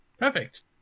Perfect